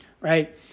right